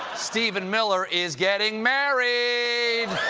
stephen miller, is getting married.